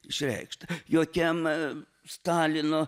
išreikšta jokiam stalino